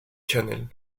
channel